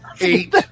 eight